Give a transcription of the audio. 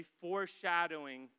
foreshadowing